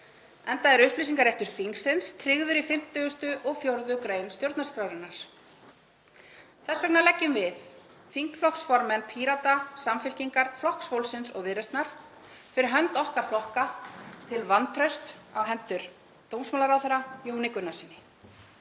enda er upplýsingaréttur þingsins tryggður í 54. gr. stjórnarskrárinnar. Þess vegna leggjum við þingflokksformenn Pírata, Samfylkingar, Flokks fólksins og Viðreisnar, fyrir hönd okkar flokka, til vantraust á hendur dómsmálaráðherra, Jóni Gunnarssyni,